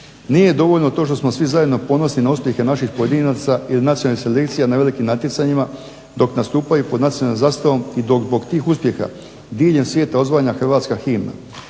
Nije dovoljno što smo svi zajedno ponosni na uspjehe naših pojedinaca ili nacionalnih selekcija na velikim natjecanjima dok nastupaju pod nacionalnom zastavom i dok zbog tih uspjeha diljem svijeta odzvanja hrvatska himna.